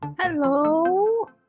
hello